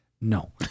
No